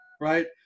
right